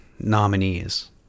nominees